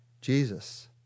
Jesus